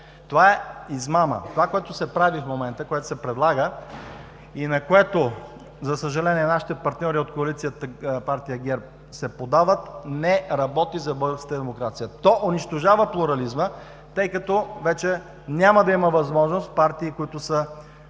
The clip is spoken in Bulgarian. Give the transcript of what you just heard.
Това е измама. Това, което се прави в момента, което се предлага, и на което, за съжаление, нашите партньори от Коалицията – партия ГЕРБ, се поддават, не работи за българската демокрация. То унищожава плурализма, тъй като вече няма да има възможност партии, които